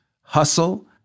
hustle